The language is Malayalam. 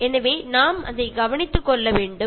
അതിനാൽ നമ്മൾ അതിനെ നല്ലതുപോലെ സംരക്ഷിക്കണം